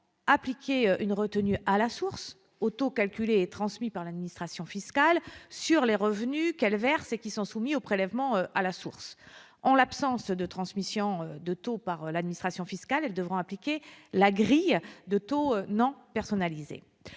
appliquer une retenue à la source au taux calculé et transmis par l'administration fiscale sur les revenus qu'elles versent et qui sont soumis au prélèvement à la source. En l'absence de transmission de taux par l'administration fiscale, elles devront appliquer la grille de taux non personnalisé.